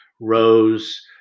Rose